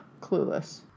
Clueless